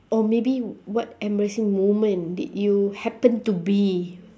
or maybe what embarrassing moment did you happen to be